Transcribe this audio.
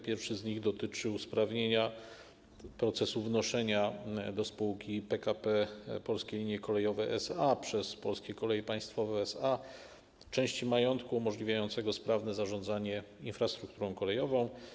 Pierwszy z nich dotyczy usprawnienia procesu wnoszenia do spółki PKP Polskie Linie Kolejowe SA przez Polskie Koleje Państwowe SA części majątku umożliwiającego sprawne zarządzanie infrastrukturą kolejową.